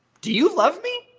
do you love me?